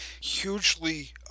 hugely